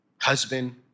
Husband